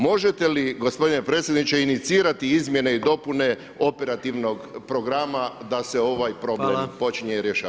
Možete li gospodine predsjedniče inicirati izmjene i dopune operativnog programa da se ovaj problem počinje rješavati?